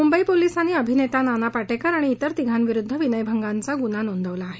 मुंबई पोलिसांनी अभिनेता नाना पाटेकर आणि इतर तिघांविरुद्ध विनयभंगाचा गुन्हा नोंदवला आहे